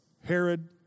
Herod